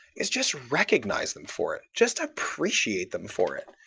is just recognize them for it. just appreciate them for it.